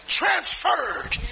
transferred